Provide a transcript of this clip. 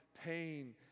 pain